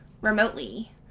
remotely